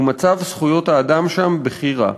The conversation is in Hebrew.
ומצב זכויות האדם שם בכי רע.